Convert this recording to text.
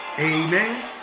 Amen